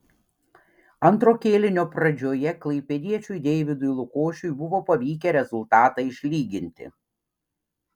antro kėlinio pradžioje klaipėdiečiui deividui lukošiui buvo pavykę rezultatą išlyginti